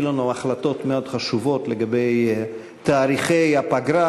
לנו החלטות מאוד חשובות לגבי תאריכי הפגרה,